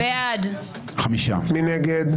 מי נגד?